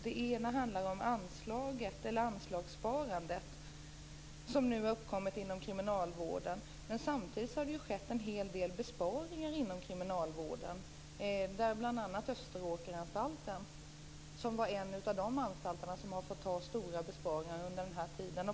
Den ena handlar om det anslagssparande som nu har uppkommit inom kriminalvården. Samtidigt har det ju skett en hel del besparingar inom kriminalvården. Det gäller bl.a. Österåkeranstalten, som är en av de anstalter som har fått göra stora besparingar under den här tiden.